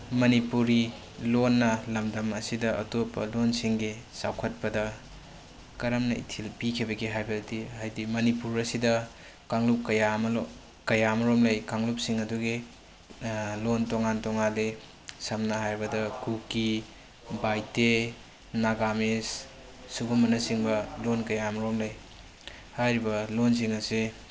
ꯃꯅꯤꯄꯨꯔꯤ ꯂꯣꯟꯅ ꯂꯝꯗꯝ ꯑꯁꯤꯗ ꯑꯇꯣꯞꯄ ꯂꯣꯟꯁꯤꯡꯒꯤ ꯆꯥꯎꯈꯠꯄꯗ ꯀꯔꯝꯅ ꯏꯊꯤꯜ ꯄꯤꯈꯤꯕꯒꯦ ꯍꯥꯏꯕꯗꯤ ꯍꯥꯏꯗꯤ ꯃꯅꯤꯄꯨꯔ ꯑꯁꯤꯗ ꯀꯥꯡꯂꯨꯞ ꯀꯌꯥ ꯑꯃꯔꯣꯝ ꯂꯩ ꯀꯥꯡꯂꯨꯞꯁꯤꯡ ꯑꯗꯨꯒꯤ ꯂꯣꯟ ꯇꯣꯉꯥꯟ ꯇꯣꯉꯥꯜꯂꯤ ꯁꯝꯅ ꯍꯥꯏꯔꯕꯗ ꯀꯨꯀꯤ ꯄꯥꯏꯇꯦ ꯅꯒꯥꯃꯤꯁ ꯁꯨꯒꯨꯝꯕꯅꯆꯤꯡꯕ ꯂꯣꯟ ꯀꯌꯥꯃꯔꯣꯝ ꯂꯩ ꯍꯥꯏꯔꯤꯕ ꯂꯣꯟꯁꯤꯡ ꯑꯁꯤ